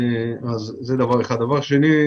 דבר שני,